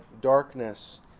darkness